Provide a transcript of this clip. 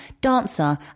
dancer